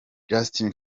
justin